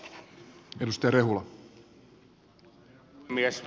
arvoisa herra puhemies